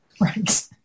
Right